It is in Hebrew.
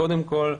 קודם כול,